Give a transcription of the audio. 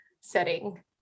setting